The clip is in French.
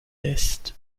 est